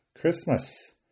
Christmas